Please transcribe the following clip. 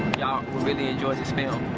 y'all will really enjoy this film.